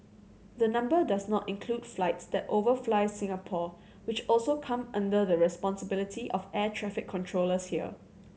the number does not include flights that overfly Singapore which also come under the responsibility of air traffic controllers here